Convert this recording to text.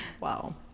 Wow